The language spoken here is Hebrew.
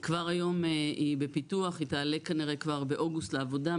היא כבר היום בפיתוח ותעלה כנראה כבר באוגוסט לעבודה,